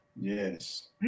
Yes